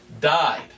died